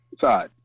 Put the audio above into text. side